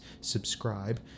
subscribe